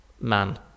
man